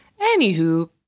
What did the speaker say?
Anywho